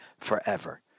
forever